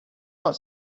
not